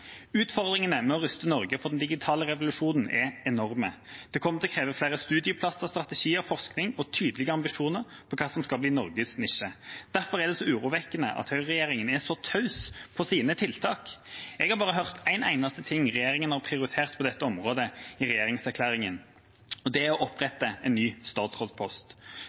Utfordringene med å ruste Norge for den digitale revolusjonen er enorme. Det kommer til å kreve flere studieplasser, strategier, forskning og tydelige ambisjoner om hva som skal bli Norges nisje. Derfor er det urovekkende at høyreregjeringa er så taus om sine tiltak. Jeg hørte bare én eneste ting i regjeringserklæringen om hva regjeringa har prioritert på dette området, og det er å opprette en ny statsrådspost.